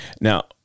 Now